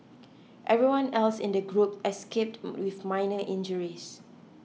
everyone else in the group escaped with minor injuries